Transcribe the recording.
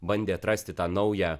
bandė atrasti tą naują